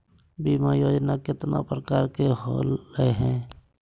बीमा योजना केतना प्रकार के हई हई?